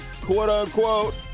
quote-unquote